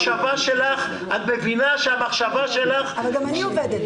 את מבינה שהמחשבה שלך --- גם אני עובדת,